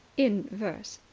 in verse,